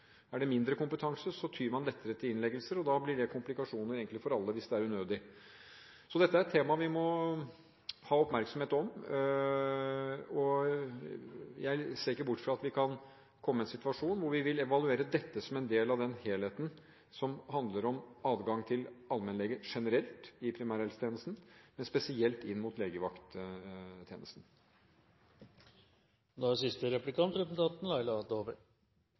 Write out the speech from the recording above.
Er det mindre kompetanse, tyr man lettere til innleggelser, og da blir det egentlig komplikasjoner for alle hvis det er unødvendig. Dette er et tema vi må ha oppmerksomhet om. Jeg ser ikke bort fra at vi kan komme i en situasjon hvor vi vil evaluere dette som en del av den helheten som handler om adgang til allmennlege generelt i primærhelsetjenesten, men spesielt inn mot